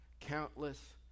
countless